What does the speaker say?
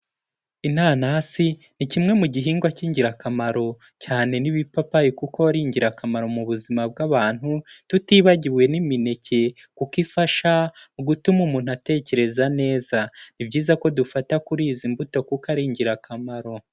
Inanasi ni kimwe mu gihingwa cy'ingirakamaro cyane n'ibipapayi kuko ari ingirakamaro mu buzima bw'abantu, tutibagiwe n'imineke kuko ifasha mu gutuma umuntu atekereza neza, ni byiza ko dufata kuri izi mbuto kuko ari ingirakamaro.